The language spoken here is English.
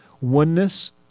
oneness